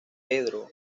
pedro